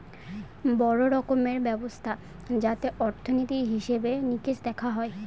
বড়ো রকমের ব্যবস্থা যাতে অর্থনীতির হিসেবে নিকেশ দেখা হয়